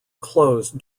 closed